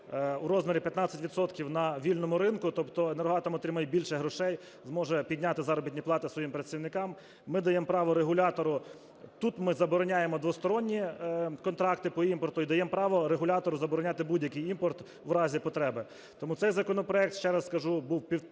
у розмірі 15 відсотків на вільному ринку. Тобто "Енергоатом" отримає більше грошей, зможе підняти заробітні плати своїм працівникам. Ми даємо право регулятору. Тут ми забороняємо двосторонні контракти по імпорту і даємо право регулятору забороняти будь-який імпорт в разі потреби. Тому цей законопроект, це раз скажу, був